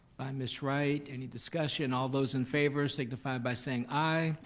by miss wright. any discussion, all those in favor signify by saying i.